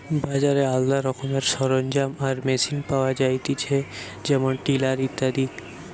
বাজারে আলদা রকমের সরঞ্জাম আর মেশিন পাওয়া যায়তিছে যেমন টিলার ইত্যাদি